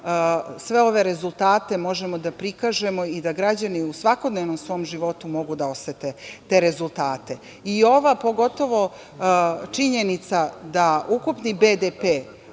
sve ove rezultate možemo da prikažemo i da građani u svakodnevnom svom životu mogu da osete te rezultate. Pogotovo ova činjenica da ukupni BDP